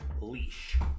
Leash